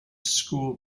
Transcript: school